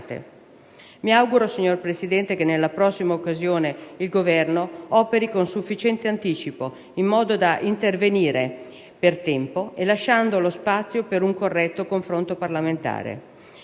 Mi auguro, signora Presidente, che nella prossima occasione il Governo operi con sufficiente anticipo in modo da intervenire per tempo, lasciando lo spazio per un corretto confronto parlamentare.